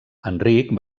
enric